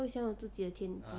他会想要有自己的天地